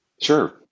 Sure